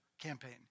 campaign